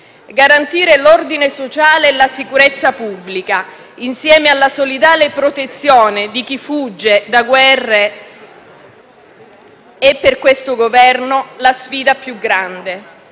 Garantire l'ordine sociale e la sicurezza pubblica, insieme alla solidale protezione di chi fugge da guerre, è per questo Governo la sfida più grande.